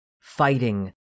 fighting